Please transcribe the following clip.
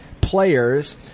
players